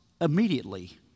immediately